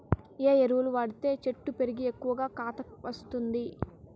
ఏ ఎరువులు వాడితే చెట్టు పెరిగి ఎక్కువగా కాత ఇస్తుంది?